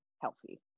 healthy